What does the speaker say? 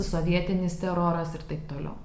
tremtis sovietinis teroras ir taip toliau